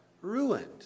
ruined